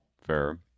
Fair